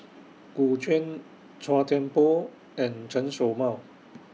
Gu Juan Chua Thian Poh and Chen Show Mao